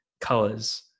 colors